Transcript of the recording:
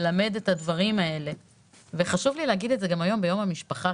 וחשוב לי להגיד את זה דווקא ביום המשפחה.